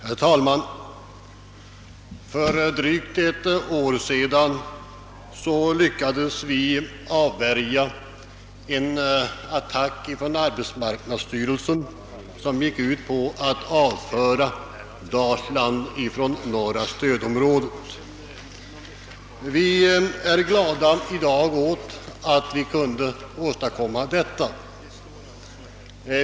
Herr talman! För drygt ett år sedan lyckades vi avvärja en attack från arbetsmarknadsstyrelsen som gick ut på att avföra Dalsland från norra stödområdet. Vi är i dag glada åt att vi kunde åstadkomma detta.